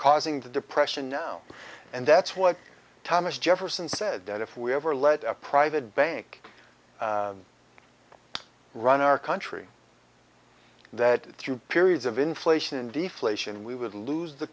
causing the depression now and that's what thomas jefferson said that if we ever let a private bank run our country that through periods of inflation and deflation we would lose the